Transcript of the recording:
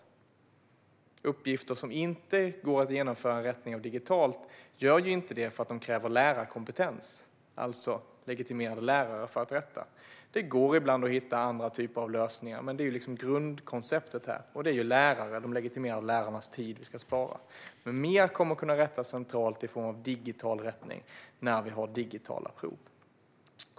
De uppgifter som inte går att rätta digitalt gör inte det för att de kräver lärarkompetens, alltså legitimerade lärare för att rätta. Ibland går det att hitta andra lösningar. Men detta är grundkonceptet, och det är de legitimerade lärarnas tid vi ska spara. Mer kommer att kunna rättas centralt med digital rättning när vi har digitala prov.